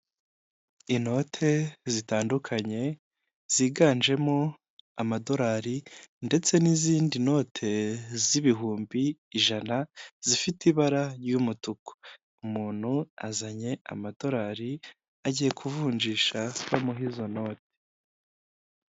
Inote zitandukanye, ziganjemo amadolari ndetse n'izindi note z'ibihumbi ijana, zifite ibara ry'umutuku. Umuntu azanye amadolari, agiye kuvunjisha bamuhe izo note.